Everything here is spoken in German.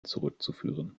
zurückzuführen